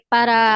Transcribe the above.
Para